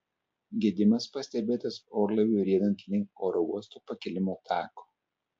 gedimas pastebėtas orlaiviui riedant link oro uosto pakilimo tako